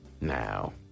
now